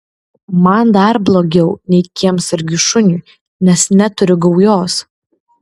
man dar blogiau nei kiemsargiui šuniui nes neturiu gaujos